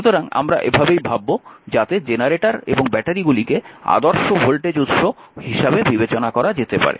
সুতরাং আমরা এভাবেই ভাবব যাতে জেনারেটর এবং ব্যাটারিগুলিকে আদর্শ ভোল্টেজ উৎস হিসাবে বিবেচনা করা যেতে পারে